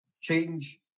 change